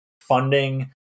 funding